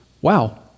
wow